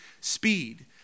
speed